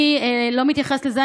אני לא מתייחסת לזה.